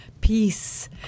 peace